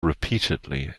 repeatedly